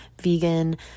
vegan